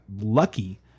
lucky